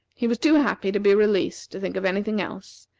he was too happy to be released to think of any thing else,